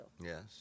Yes